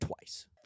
twice